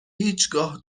هیچگاه